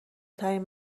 ترین